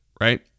Right